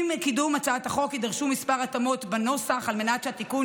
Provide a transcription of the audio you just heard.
עם קידום הצעת החוק יידרשו כמה התאמות בנוסח על מנת שהתיקון